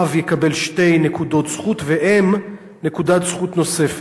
אב יקבל שתי נקודות זכות, ואם, נקודת זכות נוספת.